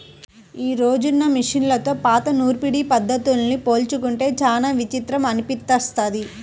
యీ రోజునున్న మిషన్లతో పాత నూర్పిడి పద్ధతుల్ని పోల్చుకుంటే చానా విచిత్రం అనిపిస్తది